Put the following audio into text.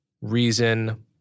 reason